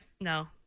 No